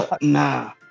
Nah